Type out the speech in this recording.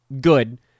good